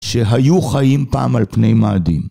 שהיו חיים פעם על פני מאדים.